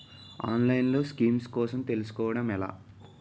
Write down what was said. ఆన్లైన్లో స్కీమ్స్ కోసం తెలుసుకోవడం ఎలా?